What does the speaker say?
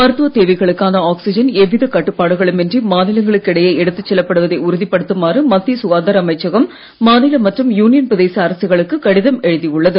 மருத்துவத் தேவைகளுக்கான ஆக்ஸிஜன் எவ்வித கட்டுப்பாடுகளும் இன்றி மாநிலங்களுக்கு இடையே எடுத்துச் செல்லப்படுவதை உறுதிப்படுத்துமாறு மத்திய சுகாதார அமைச்சகம் மாநில மற்றும் யூனியன் பிரதேச அரசுகளுக்கு கடிதம் எழுதியுள்ளது